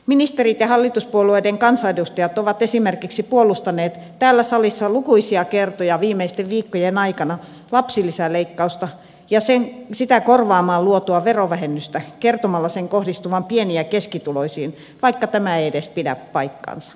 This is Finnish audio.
ministerit ja hallituspuolueiden kansanedustajat ovat esimerkiksi puolustaneet täällä salissa lukuisia kertoja viimeisten viikkojen aikana lapsilisäleikkausta ja sitä korvaamaan luotua verovähennystä kertomalla sen kohdistuvan pieni ja keskituloisiin vaikka tämä ei edes pidä paikkaansa